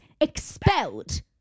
expelled